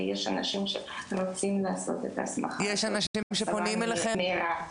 יש אנשים שרוצים לעשות את ההסמכה הזו, הסבה מהירה.